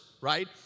right